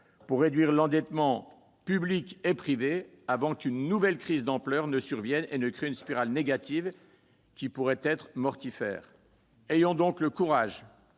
pour réduire l'endettement privé et public, avant qu'une nouvelle crise d'ampleur ne survienne et ne crée une spirale négative qui pourrait être mortifère. Ayons donc le courage,